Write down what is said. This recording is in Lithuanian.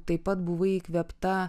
taip pat buvai įkvėpta